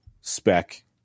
spec